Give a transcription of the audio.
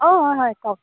অঁ অঁ হয় কওক